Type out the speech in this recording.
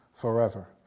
forever